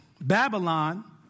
Babylon